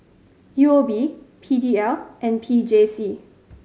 U O B P D L and P J C